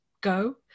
go